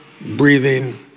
breathing